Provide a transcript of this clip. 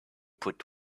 put